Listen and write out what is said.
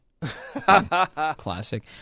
Classic